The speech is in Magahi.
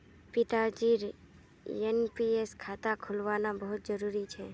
पिताजीर एन.पी.एस खाता खुलवाना बहुत जरूरी छ